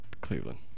Cleveland